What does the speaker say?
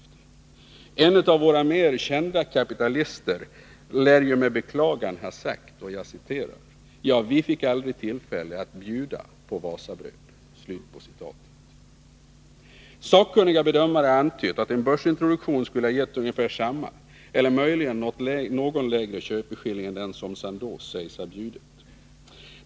En av våra mer kända kapitalister lär ju med beklagan ha sagt: ”Vi fick aldrig tillfälle att bjuda på Wasabröd”. Sakkunniga bedömare har antytt att en börsintroduktion skulle ha gett ungefär samma eller möjligen något lägre köpeskilling än den som Sandoz sägs ha bjudit.